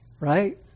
right